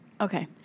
Okay